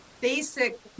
basic